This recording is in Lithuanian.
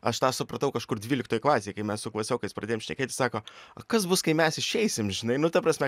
aš tą supratau kažkur dvyliktoj klasėj kai mes su klasiokais pradėjom šnekėtis sako o kas bus kai mes išeisim žinai nu ta prasme